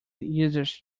easiest